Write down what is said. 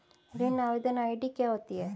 ऋण आवेदन आई.डी क्या होती है?